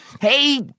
Hey